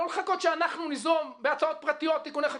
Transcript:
לא לחכות שאנחנו ניזום תיקוני חקיקה בהצעות פרטיות.